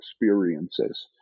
experiences